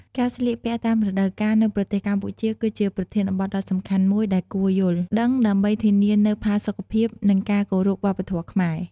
ការស្លៀកពាក់តាមរដូវកាលនៅប្រទេសកម្ពុជាគឺជាប្រធានបទដ៏សំខាន់មួយដែលគួរយល់ដឹង ដើម្បីធានានូវផាសុខភាព និងការគោរពវប្បធម៌ខ្មែរ។